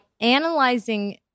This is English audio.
analyzing